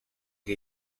que